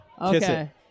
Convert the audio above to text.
Okay